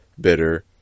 bitter